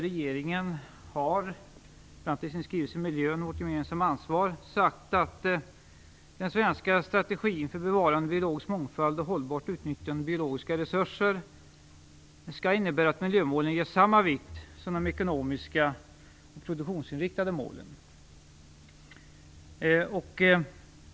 Regeringen har, bl.a. i sin skrivelse Miljön - vårt gemensamma ansvar, sagt att den svenska strategin för bevarande av biologisk mångfald och hållbart utnyttjande av biologiska resurser skall innebära att miljömålen ges samma vikt som de ekonomiska produktionsinriktade målen.